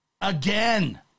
again